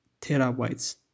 terabytes